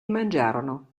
mangiarono